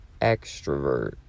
Extrovert